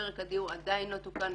פרק הדיור עדיין לא תוקן,